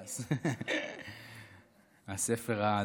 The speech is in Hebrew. הספר.